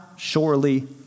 Surely